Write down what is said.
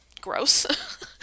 gross